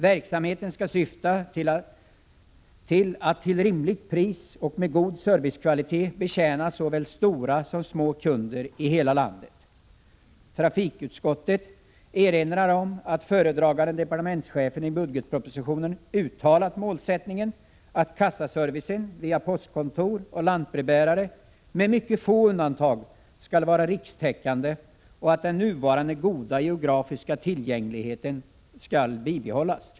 Verksamheten skall syfta till att till rimligt pris och med god servicekvalitet betjäna såväl stora som små kunder i hela landet. Trafikutskottet erinrar om att föredragande departementschefen i budgetpropositionen uttalat målsättningen att kassaservicen via postkontor och lantbrevbärare med mycket få undantag skall vara rikstäckande och att den nuvarande goda geografiska tillgängligheten skall bibehållas.